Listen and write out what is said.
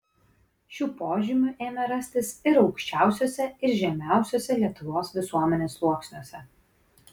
šių požymių ėmė rastis ir aukščiausiuose ir žemiausiuose lietuvos visuomenės sluoksniuose